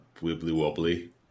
wibbly-wobbly